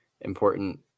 important